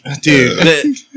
Dude